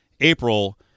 April